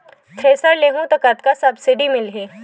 Thresher लेहूं त कतका सब्सिडी मिलही?